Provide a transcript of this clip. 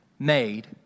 made